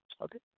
Okay